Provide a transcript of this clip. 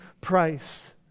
price